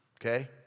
okay